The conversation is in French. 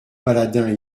baladins